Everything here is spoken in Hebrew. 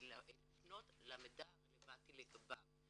לפנות למידע הרלבנטי לגביו.